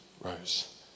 rose